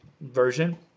version